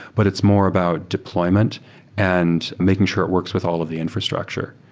but it's more about deployment and making sure it works with all of the infrastructure.